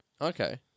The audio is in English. okay